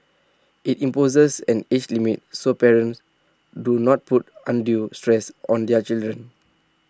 IT imposes an age limit so parents do not put undue stress on their children